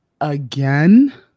again